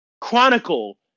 chronicle